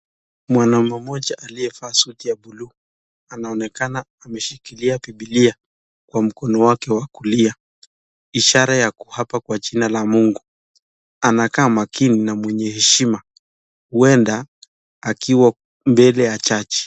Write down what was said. Mwanaume mmoja aliyevaa suti ya buluu anaonekana ameshikilia bibilia kwa mkono wake wa kulia, ishara ya kuapa kwa jina la mungu. Anakaa makini na mwenye heshima, huenda akiwa mbele ya jaji.